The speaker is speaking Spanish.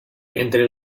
entre